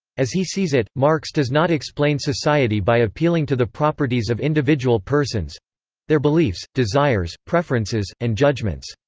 as he sees it, marx does not explain society by appealing to the properties of individual persons their beliefs, desires, preferences, and judgements.